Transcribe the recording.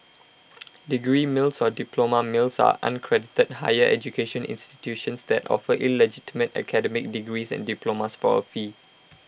degree mills or diploma mills are unaccredited higher education institutions that offer illegitimate academic degrees and diplomas for A fee